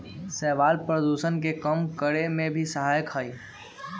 शैवाल प्रदूषण के कम करे में भी सहायक हई